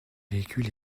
véhicules